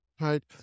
Right